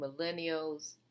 millennials